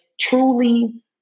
truly